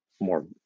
more